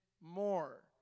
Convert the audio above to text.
more